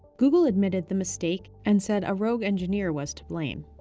google admitted the mistake and said a rogue engineer was to blame.